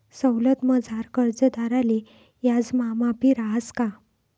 सवलतमझार कर्जदारले याजमा माफी रहास का?